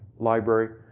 library,